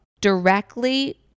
directly